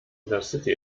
intercity